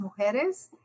Mujeres